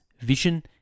vision